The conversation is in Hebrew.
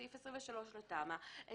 בסעיף 23 לתמ"א,